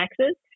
taxes